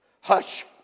Hush